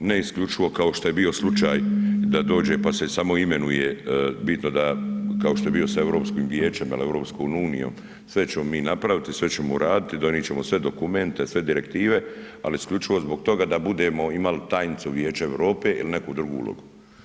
Ne isključivo kao što je bio slučaj da dođe pa se samo imenuje bitno da, kao što je bio sa EU Vijećem ili EU, sve ćemo mi napraviti, sve ćemo uraditi, donijet ćemo sve dokumente, sve direktive, a isključivo zbog toga da budemo imali tajnicu Vijeća Europe ili neku drugu ulogu.